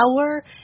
power